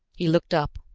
he looked up,